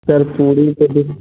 سر پوری فیملی